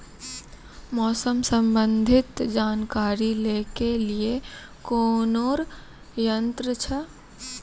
मौसम संबंधी जानकारी ले के लिए कोनोर यन्त्र छ?